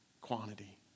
quantity